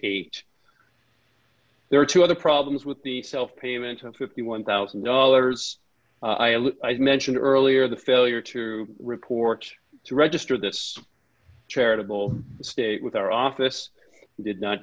a there are two other problems with the self payment and fifty one thousand dollars as mentioned earlier the failure to report to register this charitable state with our office did not